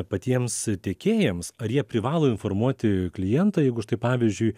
patiems tiekėjams ar jie privalo informuoti klientą jeigu štai pavyzdžiui